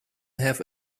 have